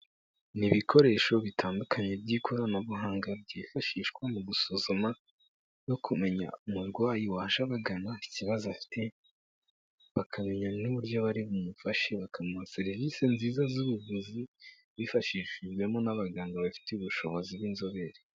Ni ibikoresho bitandukanye by'ikoranabuhanga byifashishwa mu gusuzuma no kumenya umurwayi waje abagana ikibazo afite, bakamenya n'uburyo bari bumufashe bakamuha serivisi nziza z'ubuvuzi, bifashishijwemo n'abaganga babifitiye ubushobozi bw'inzobere.